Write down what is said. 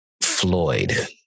Floyd